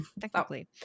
technically